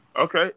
Okay